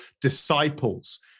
disciples